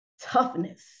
toughness